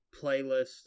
playlist